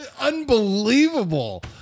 unbelievable